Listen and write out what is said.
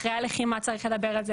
אחרי הלחימה צריך לדבר על זה,